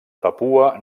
papua